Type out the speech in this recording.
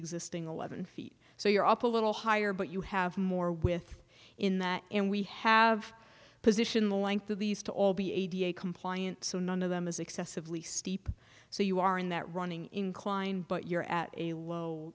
existing eleven feet so you're up a little higher but you have more with in that and we have position length of these to all be compliant so none of them is excessively steep so you are in that running incline but you're at a low